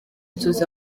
tuzi